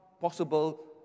possible